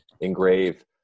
engrave